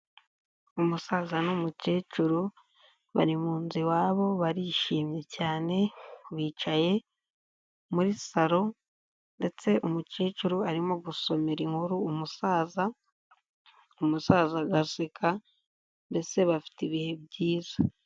Umusaza n'umukecuru bari mu nzu iwabo, barishimye cyane. Bicaye muri saro ndetse umukecuru arimo gusomera inkuru umusaza, umusaza agaseka mbese bafite ibihe byiza.